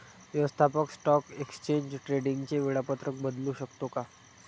व्यवस्थापक stock exchange ट्रेडिंगचे वेळापत्रक बदलू शकतो का?